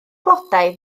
blodau